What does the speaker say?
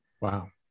Wow